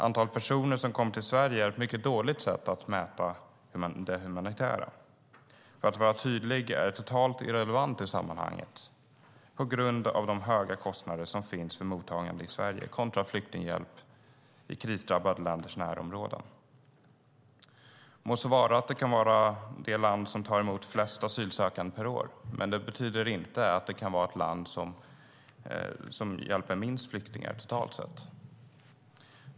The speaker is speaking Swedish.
Antalet personer som kommer till Sverige är ett mycket dåligt sätt att mäta det humanitära. För att vara tydlig är det totalt irrelevant i sammanhanget på grund av de höga kostnader som finns för mottagande i Sverige kontra flyktinghjälp i krisdrabbade länders närområden. Må så vara att det kan vara det land som tar emot flest asylsökande per år, men det betyder inte att det kan vara ett land som hjälper minst flyktingar totalt sett.